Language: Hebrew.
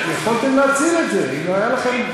יכולתם להציל את זה אם לא היה לכם,